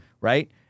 right